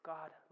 God